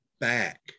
back